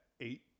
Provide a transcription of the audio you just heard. eight